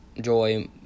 joy